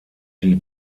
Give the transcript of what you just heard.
die